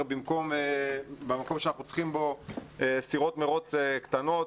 במקום שאנחנו צריכים בו סירות מרוץ קטנות.